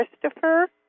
Christopher